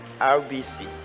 RBC